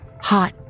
hot